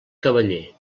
cavaller